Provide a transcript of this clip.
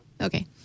Okay